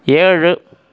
ஏழு